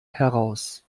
heraus